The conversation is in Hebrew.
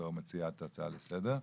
בתור מציעה הצעה לסדר.